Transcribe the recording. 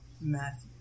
Matthew